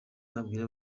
nabwira